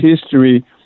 history